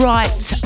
Right